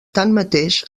tanmateix